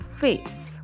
face